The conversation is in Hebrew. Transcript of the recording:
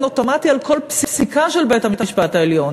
אוטומטי על כל פסיקה של בית-המשפט העליון.